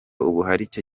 ubuharike